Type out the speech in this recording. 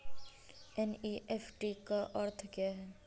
NEFT का अर्थ क्या है?